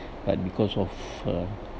but because of uh